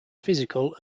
physical